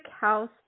house